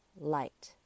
light